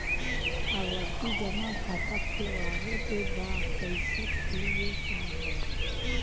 आवर्ती जमा खाता खोलवावे के बा कईसे खुली ए साहब?